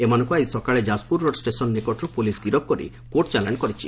ଏମାନଙ୍କୁ ଆଜି ସକାଳେ ଯାଜପୁର ରୋଡ ଷେସନ ନିକଟରୁ ପୋଳିସ ଗିରଫ କରି କୋର୍ଟ ଚାଲାଶ କରିଛି